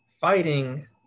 fighting